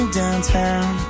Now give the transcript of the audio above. downtown